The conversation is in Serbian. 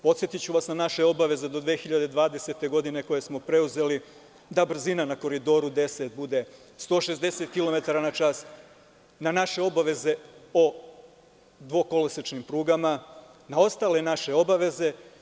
Podsetiću vas, na naše obaveze do 2020. godine koje smo preuzeli da brzina na Koridoru 10 bude 160 kilometara na čas, na naše obaveze o dvokolosečnim prugama, na ostale naše obaveze.